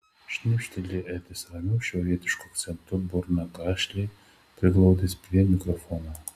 šnipšteli edis ramiu šiaurietišku akcentu burną gašliai priglaudęs prie mikrofono